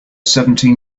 seventeen